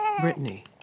Brittany